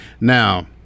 Now